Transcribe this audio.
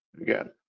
Again